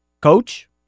Coach